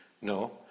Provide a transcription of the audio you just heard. No